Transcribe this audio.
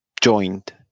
joined